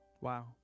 Wow